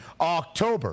October